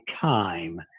time